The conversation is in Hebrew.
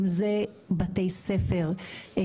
אם זה בתי ספר,